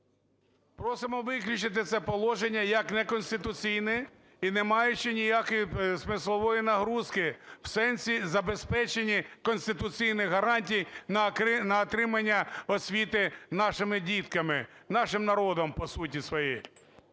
Просимо виключити це положення як неконституційне і не маюче ніякої смислової нагрузки в сенсі забезпечення конституційних гарантій на отримання освіти нашими дітками, нашим народом, по суті своїй.